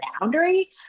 boundary